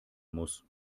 muss